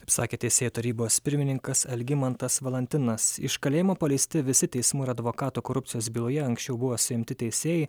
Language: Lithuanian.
taip sakė teisėjų tarybos pirmininkas algimantas valantinas iš kalėjimo paleisti visi teismų ir advokatų korupcijos byloje anksčiau buvę suimti teisėjai